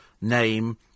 name